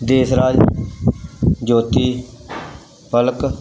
Deshraj Jyoti Palak